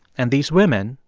and these women,